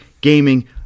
gaming